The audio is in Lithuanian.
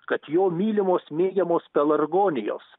kad jo mylimos mėgiamos pelargonijos